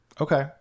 Okay